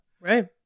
Right